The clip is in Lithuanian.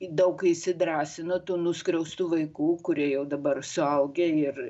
daug įsidrąsino tų nuskriaustų vaikų kurie jau dabar suaugę ir